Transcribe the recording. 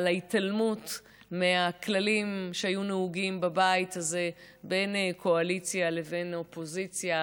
בהתעלמות מהכללים שהיו נהוגים בבית הזה בין קואליציה לבין אופוזיציה,